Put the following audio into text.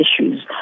issues